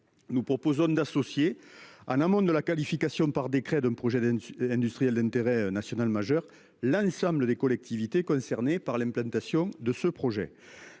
Nous proposons d'associer un. Un monde de la qualification par décret d'un projet. Industriel d'intérêt national majeur l'ensemble des collectivités concernées par l'implantation de ce projet.